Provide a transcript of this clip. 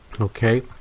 okay